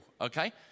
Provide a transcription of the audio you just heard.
okay